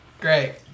Great